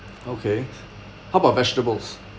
okay how about vegetables